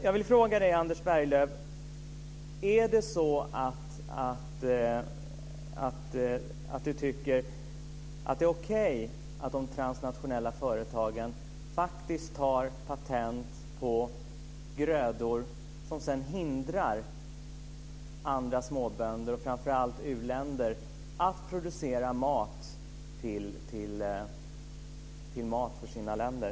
Jag vill fråga Anders Berglöv om han tycker att det är okej att de transnationella företagen faktiskt tar patent på grödor och därmed hindrar småbönder i framför allt u-länder att producera mat till sina länder?